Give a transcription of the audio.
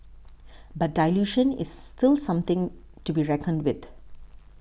but dilution is still something to be reckoned with